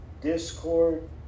discord